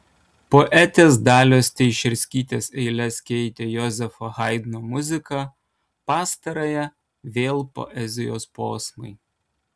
poetės dalios teišerskytės eiles keitė jozefo haidno muzika pastarąją vėl poezijos posmai